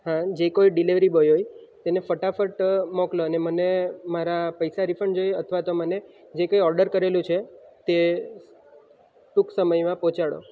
હા જે કોઈ ડિલેવરી બોય હોય તેને ફટાફટ મોકલો અને મને મારા પૈસા રિફંડ જોઈએ અથવા તો મને જે કંઇ ઓર્ડર કરેલો છે તે ટૂંક સમયમાં પહોંચાડો